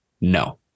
No